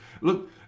Look